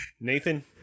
Nathan